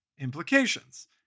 implications